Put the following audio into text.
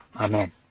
Amen